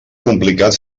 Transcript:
complicat